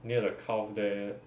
near the calf there